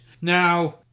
Now